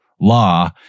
law